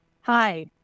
Hi